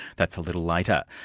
that's a little later.